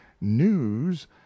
news